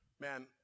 Man